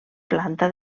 planta